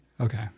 Okay